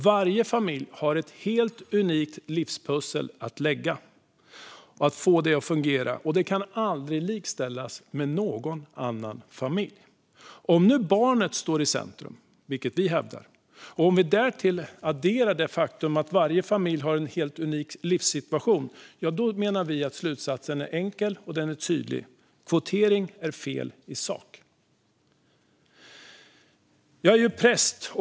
Varje familj har ett helt unikt livspussel att lägga och få att fungera. Den kan aldrig likställas med någon annan familj. Om nu barnet står i centrum, vilket vi hävdar, och om vi därtill adderar det faktum att varje familj har en unik livssituation menar vi att slutsatsen är enkel och tydlig: Kvotering är fel i sak. Jag är präst.